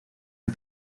han